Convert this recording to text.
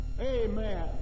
Amen